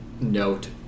note